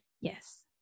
Yes